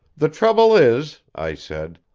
the trouble is, i said,